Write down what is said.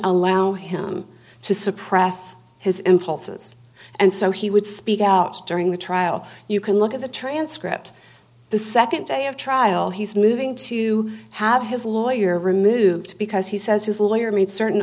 allow him to suppress his impulses and so he would speak out during the trial you can look at the transcript the second day of trial he's moving to have his lawyer removed because he says his lawyer made certain